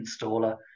installer